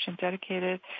dedicated